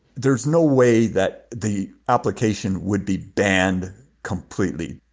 there's no way that the application would be banned completely.